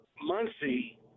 Muncie